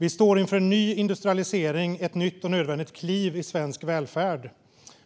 Vi står inför en ny industrialisering - ett nytt och nödvändigt kliv i svensk välfärd.